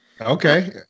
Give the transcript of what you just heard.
Okay